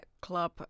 club